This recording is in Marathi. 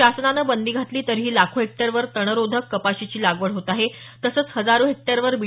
शासनानं बंदी घातली तरीही लाखो हेक्टरवर तणरोधक कपाशीची लागवड होत आहे तसंच हजारो हेक्टरवर बी